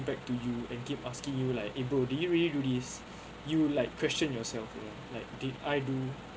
back to you and keep asking you like ibu did you really do this you would like question yourself you know like did I do